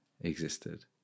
existed